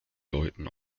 deuten